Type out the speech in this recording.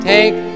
Take